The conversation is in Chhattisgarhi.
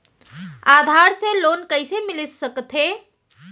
आधार से लोन कइसे मिलिस सकथे?